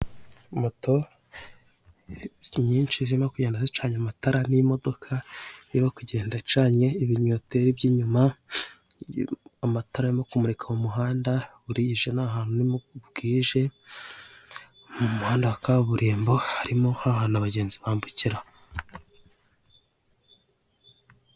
Moto nyinshi zirimo kugenda zicanye amatara n'imodoka yo kugenda icanye ibinyoteri by'inyuma amatara arimo kumurika mu muhanda burije ni ahantu bwije mu muhanda wa kaburimbo harimo hahana abagenzi bambukira.